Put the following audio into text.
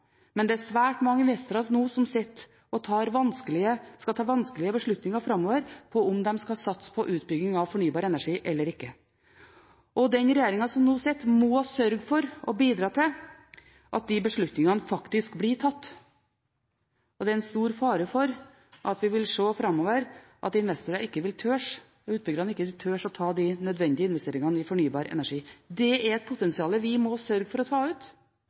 men det er svært mange investorer nå som sitter og skal ta vanskelige beslutninger framover på om de skal satse på utbygging av fornybar energi eller ikke. Den regjeringen som nå sitter, må sørge for å bidra til at de beslutningene faktisk blir tatt. Det er en stor fare for at vi vil se framover at investorer og utbyggere ikke vil tørre å ta de nødvendige investeringene i fornybar energi. Det er et potensial vi må sørge for å ta ut,